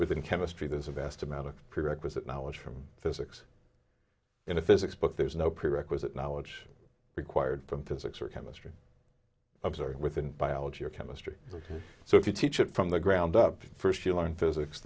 within chemistry there's a vast amount of prerequisite knowledge from physics in a physics book there's no prerequisite knowledge required from physics or chemistry within biology or chemistry so if you teach it from the ground up first you learn physics